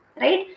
right